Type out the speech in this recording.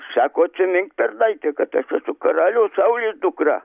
sako atsimink tarnaite kad aš esu karaliaus saulės dukra